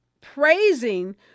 praising